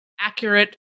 accurate